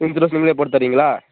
insurance நீங்களே போட்டு தரீங்களா